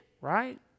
right